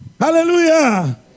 Hallelujah